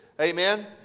Amen